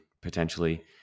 potentially